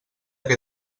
que